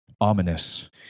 ominous